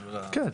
כן.